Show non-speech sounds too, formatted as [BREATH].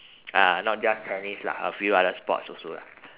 [BREATH] uh not just tennis lah a few other sports also lah